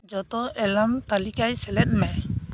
ᱡᱚᱛᱚ ᱮᱞᱟᱨᱢ ᱛᱟᱹᱞᱤᱠᱟ ᱥᱮᱞᱮᱫ ᱢᱮ